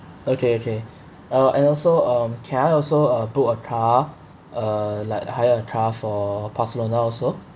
okay okay uh and also um can I also uh book a car uh like hire a car for barcelona also